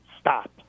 Stop